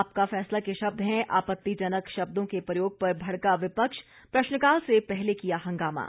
आपका फैसला के शब्द हैं आपत्तिजनक शब्दों के प्रयोग पर भड़का विपक्ष प्रश्नकाल से पहले किया हंगामा